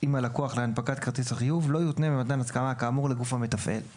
עם הלקוח להנפקת כרטיס החיוב לא יותנה במתן הסכמה כאמור לגוף המתפעל";